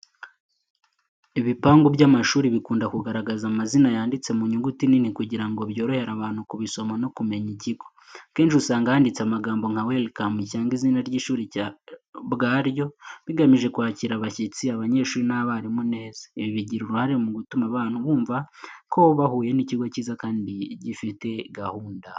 Ibipangu by’amashuri bikunda kugaragaza amazina yanditse mu nyuguti nini kugira ngo byorohere abantu kubisoma no kumenya ikigo. Akenshi usanga handitseho amagambo nka “WELCOME” cyangwa izina ry’ishuri ubwaryo, bigamije kwakira abashyitsi, abanyeshuri n’abarimu neza. Ibi bigira uruhare mu gutuma abantu bumva ko bahuye n’ikigo cyiza kandi gifite gahunda.